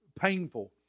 painful